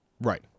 Right